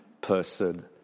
person